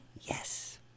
Yes